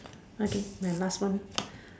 okay my last one